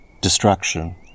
destruction